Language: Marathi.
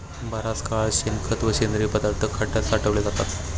बराच काळ शेणखत व सेंद्रिय पदार्थ खड्यात साठवले जातात